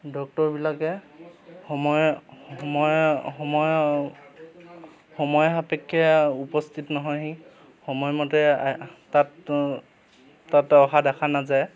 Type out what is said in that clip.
ডক্তৰবিলাকে সময় সময় সময় সময় সাপেক্ষে উপস্থিত নহয়হি সময়মতে আ তাত তাত অহা দেখা নাযায়